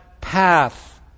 path